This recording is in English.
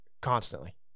constantly